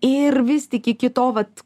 ir vis tik iki to vat